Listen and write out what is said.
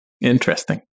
Interesting